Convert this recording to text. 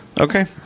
Okay